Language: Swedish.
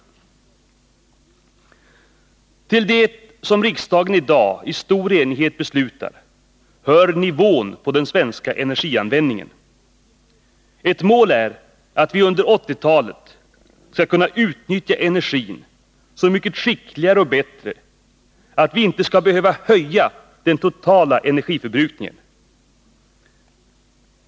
Till det som riksdagen i dag i stor enighet beslutar om hör nivån på den svenska energianvändningen. Ett mål är att vi under 1980-talet skall kunna utnyttja energin så mycket skickligare och bättre att vi inte skall behöva höja den totala energiförbrukningen.